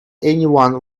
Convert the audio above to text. anyone